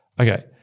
Okay